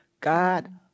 God